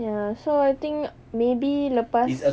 ya so I think maybe selepas